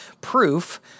proof